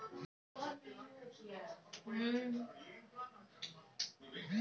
వ్యవసాయం సేయడానికి అప్పు పొందొచ్చా?